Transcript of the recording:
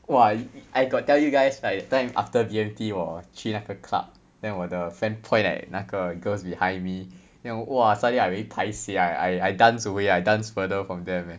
!wah! eh I got tell you guys like that time after B_M_T 我去那个 club then 我的 friend point at 那个 girls behind me then !wah! suddenly I very paiseh I I dance away I dance further from them eh